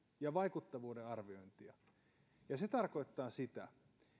ja vaikuttavuuden arviointia se tarkoittaa sitä